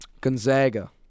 Gonzaga